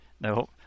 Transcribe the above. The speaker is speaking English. No